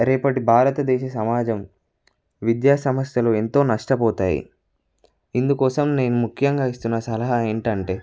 రేపటి భారతదేశం సమాజం విద్యాసంస్థలు ఎంతో నష్టపోతాయి ఇందుకోసం నేను ముఖ్యంగా ఇస్తున్న సలహా ఏంటంటే